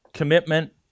Commitment